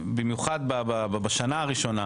במיוחד בשנה הראשונה,